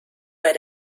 bei